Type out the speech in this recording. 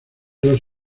los